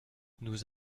nous